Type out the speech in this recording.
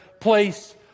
place